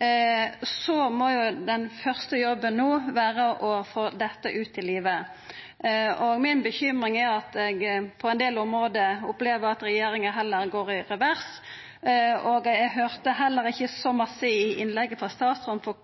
må den første jobben no vera å få dette ut i livet. Mi bekymring er at eg på ein del område opplever at regjeringa heller går i revers. Eg høyrde heller ikkje så mykje i innlegget frå statsråden